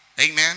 amen